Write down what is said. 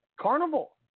carnival